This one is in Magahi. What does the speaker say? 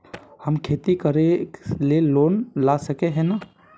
हम खेती करे ले लोन ला सके है नय?